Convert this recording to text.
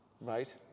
Right